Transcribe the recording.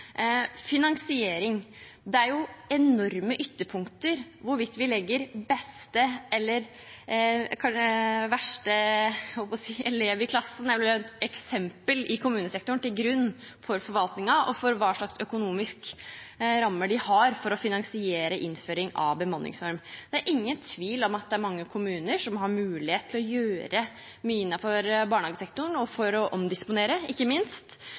finansiering: Det er jo enorme ytterpunkter hvorvidt vi legger beste eller verste eksempel fra kommunesektoren til grunn for forvaltningen og for hvilke økonomiske rammer kommunene har for å finansiere innføring av bemanningsnorm. Det er ingen tvil om at det er mange kommuner som har mulighet til å gjøre mye innenfor barnehagesektoren og for å omdisponere, ikke minst.